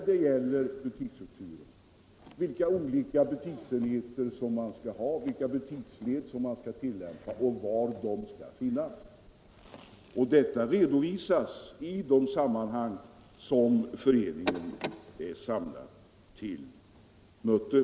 Det gäller vilka olika butiksenheter som skall finnas, vilka butiksnät som skall drivas. Detta redovisas då föreningarna är samlade till möten.